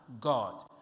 God